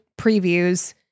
previews